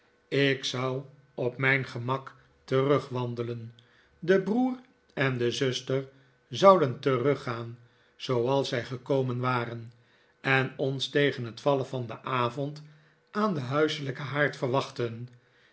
ik zou op mijn gemak terugwandelen de broer en de zuster zouden teruggaan zooals zij gekomen waren en ons tegen het vallen van den avond aan den huiselijken haard verwachten